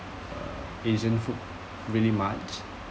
uh asian food really much